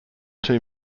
two